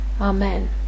Amen